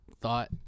thought